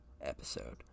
episode